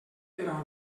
però